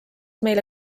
meile